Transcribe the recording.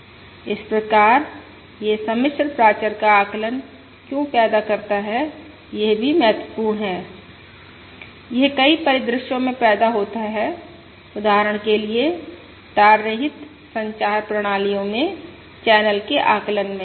याह इस प्रकार यह सम्मिश्र प्राचर का आकलन क्यों पैदा करता है यह भी महत्वपूर्ण है यह कई परिदृश्यों में पैदा होता है उदाहरण के लिए तार रहित संचार प्रणालियों में चैनल के आकलन में